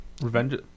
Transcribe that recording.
Revenge